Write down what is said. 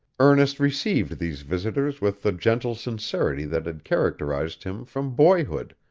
ernest received these visitors with the gentle sincerity that had characterized him from boyhood,